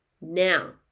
now